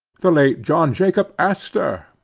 the late john jacob astor,